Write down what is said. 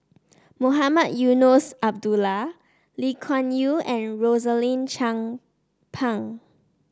Mohamed Eunos Abdullah Lee Kuan Yew and Rosaline Chan Pang